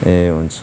ए हुन्छ